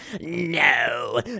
no